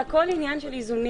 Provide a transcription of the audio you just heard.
זה הכול עניין של איזונים.